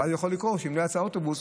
ואז יכול לקרות שאם לא יצא אוטובוס,